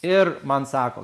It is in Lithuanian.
ir man sako